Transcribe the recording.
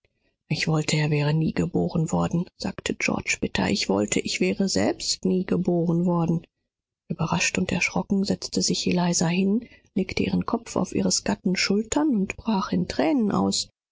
ich wollte er wäre nie geboren worden sagte georg bitter ich wollte ich wäre selbst nie geboren worden ueberrascht und erschreckt setzte sich elisa nieder lehnte ihren kopf an ihres gatten schulter und brach in thränen aus